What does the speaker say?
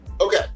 okay